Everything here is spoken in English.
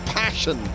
passion